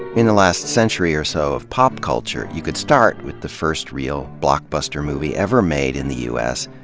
in the last century or so of pop culture, you could start with the first real blockbuster movie ever made in the u s,